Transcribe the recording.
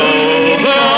over